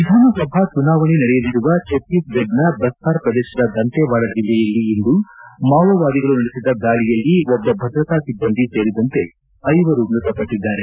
ವಿಧಾನಸಭಾ ಚುನಾವಣೆ ನಡೆಯಲಿರುವ ಛತ್ತೀಸ್ಗಢದ ಬಸ್ತಾರ್ ಪ್ರದೇಶದ ದಂತೇವಾಡ ಜೆಲ್ಲೆಯಲ್ಲಿ ಇಂದು ಮಾವೋವಾದಿಗಳು ನಡೆಸಿದ ದಾಳಿಯಲ್ಲಿ ಒಬ್ಬ ಭದ್ರತಾ ಸಿಬ್ಬಂದಿ ಸೇರಿದಂತೆ ಐವರು ಮೃತಪಟ್ಟದ್ದಾರೆ